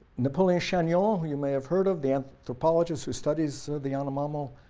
napoleon chagnon, yeah ah who you may have heard of, the anthropologist who studies the yanomamo,